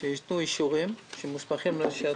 שיתנו אישורים לקנאביס.